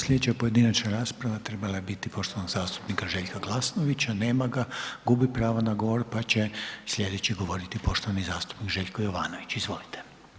Sljedeća pojedinačna rasprava trebala je biti poštovanog zastupnika Željka Glasnovića, nema ga, gubi pravo na govor pa će sljedeći govoriti poštovani zastupnik Željko Jovanović, izvolite.